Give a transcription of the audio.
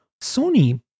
Sony